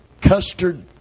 custard